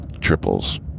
triples